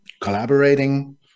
collaborating